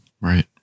Right